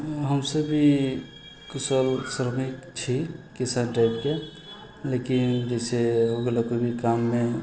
हमसब ई कृषि श्रमिक छी किसान टाइपके लेकिन जइसे हो गेलै कोइ भी काममे